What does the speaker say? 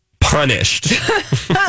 punished